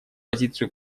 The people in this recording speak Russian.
позицию